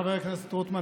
חבר הכנסת רוטמן,